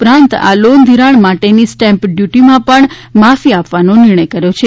ઉપરાંત આ લોન ધિરાણ માટેની સ્ટેમ્પ ડ્યુટીમાં પણ માફી આપવાનો નિર્ણય કર્યો છે